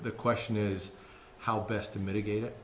the question is how best to mitigate it